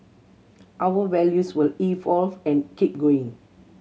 our values will evolve and keep going